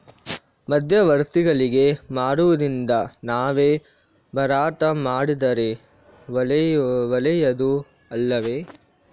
ಮಧ್ಯವರ್ತಿಗಳಿಗೆ ಮಾರುವುದಿಂದ ನಾವೇ ಮಾರಾಟ ಮಾಡಿದರೆ ಒಳ್ಳೆಯದು ಅಲ್ಲವೇ?